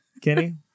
Kenny